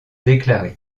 déclaré